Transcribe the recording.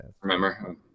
Remember